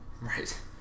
Right